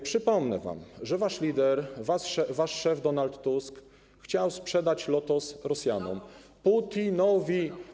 Przypomnę wam, że wasz lider, wasz szef Donald Tusk, chciał sprzedać Lotos Rosjanom, Putinowi.